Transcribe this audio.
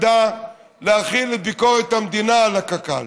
להחיל את ביקורת המדינה על קק"ל.